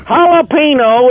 Jalapeno